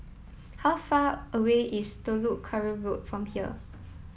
how far away is Telok Kurau Road from here